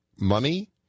money